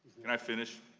and i finished?